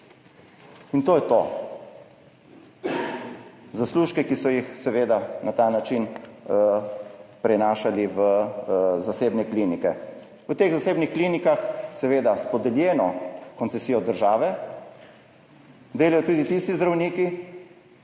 In to je to. Zaslužki, ki so jih seveda na ta način prenašali v zasebne klinike. V teh zasebnih klinikah, seveda s podeljeno koncesijo države, delajo tudi tisti zdravniki,